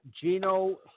Gino